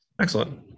Excellent